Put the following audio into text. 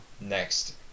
Next